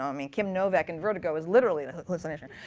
um i mean kim novak in vertigo is literally a hallucination.